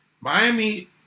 Miami